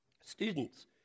Students